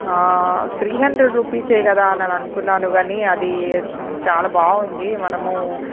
three hundred rupees ఏ కదా అని అనుకున్నాను కానీ అది చాలా బాగుంది మనము